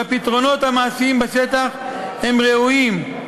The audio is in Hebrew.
והפתרונות המעשיים בשטח הם ראויים,